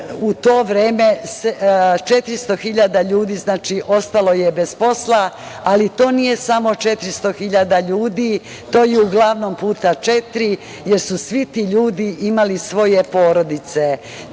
U to vreme 400.000 ljudi ostalo je bez posla, ali to nije samo 400.000 ljudi, to je uglavnom puta četiri, jer su svi ti ljudi imali svoje porodice. Takođe,